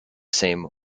same